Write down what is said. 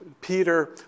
Peter